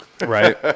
Right